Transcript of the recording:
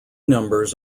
numbers